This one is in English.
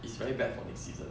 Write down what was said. it's very bad for next season